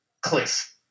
cliff